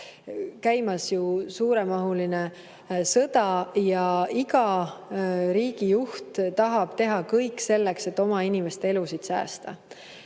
käimas suuremahuline sõda ja iga riigijuht tahab teha kõik selleks, et oma inimeste elusid säästa.